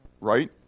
Right